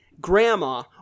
grandma